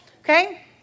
okay